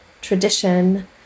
tradition